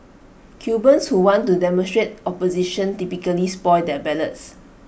cubans who want to demonstrate opposition typically spoil their ballots